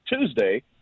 Tuesday